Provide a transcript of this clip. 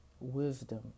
Wisdom